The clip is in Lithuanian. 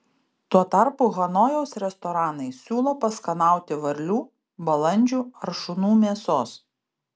tuo tarpu hanojaus restoranai siūlo paskanauti varlių balandžių ar šunų mėsos